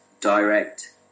direct